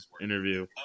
interview